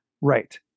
Right